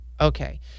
okay